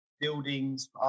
buildings